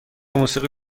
موسیقی